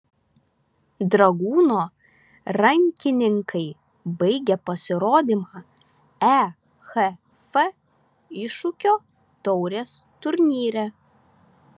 dragūno rankininkai baigė pasirodymą ehf iššūkio taurės turnyre